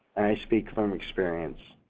speak from experience.